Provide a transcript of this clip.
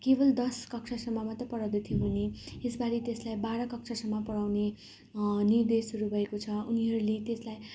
केवल दस कक्षासम्म मात्रै पढाउँदथ्यो भने यसपालि त्यसलाई बाह्र कक्षासम्म पढाउने निर्देशहरू भएको छ उनीहरूले त्यसलाई